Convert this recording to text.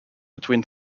between